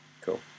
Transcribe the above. Cool